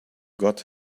got